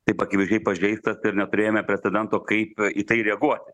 taip akivaizdžiai pažeistas ir neturėjome precedento kaip į tai reaguoti